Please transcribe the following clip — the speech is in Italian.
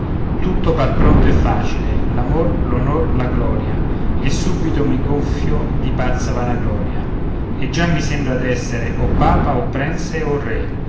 tutto par pronto e facile l'amor l'onor la gloria e subito mi gonfio di pazza vanagloria e già mi sembra d'essere o papa o prence o re